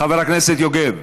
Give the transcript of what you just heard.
חבר הכנסת יוגב,